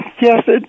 Yes